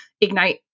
ignite